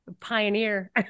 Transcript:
pioneer